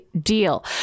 deal